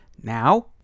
Now